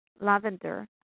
Lavender